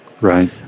Right